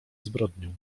zbrodnię